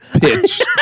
pitch